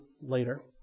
later